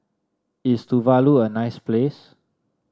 is Tuvalu a nice place